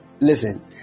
listen